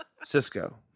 Cisco